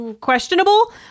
questionable